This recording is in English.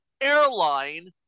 airline